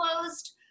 closed